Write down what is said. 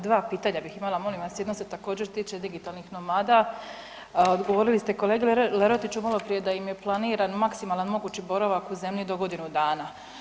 Dva pitanja bih imala molim vas, jedno se također tiče digitalnih nomada, odgovorili ste kolegi Lerotiću maloprije da im je planiran maksimalan mogući boravak u zemlji do godinu dana.